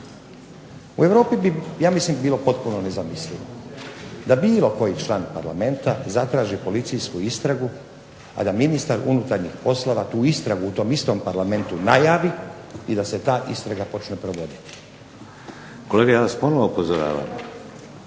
U Europi bi ja mislim bilo potpuno nezamislivo da bilo koji član parlamenta zatraži policijsku istragu, a da ministar unutarnjih poslova tu istragu u tom istu parlamentu najavi i da se ta istraga počne provoditi. **Šeks, Vladimir (HDZ)** Kolega ja vas ponovno upozoravam.